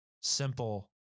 simple